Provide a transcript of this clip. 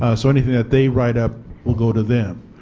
ah so anything that they write up will go to them?